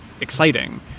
exciting